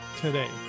today